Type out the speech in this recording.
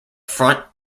front